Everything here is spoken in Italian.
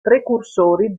precursori